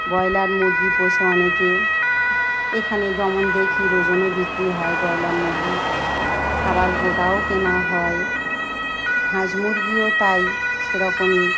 broiler মুরগি পোষে অনেকে এখানে যেমন দেখি ওজনে বিক্রি হয় ব্রয়লার মুরগি আবার গোটাও কেনা হয় হাঁস মুরগিও তাই সেরকমই